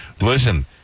Listen